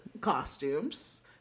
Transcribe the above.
costumes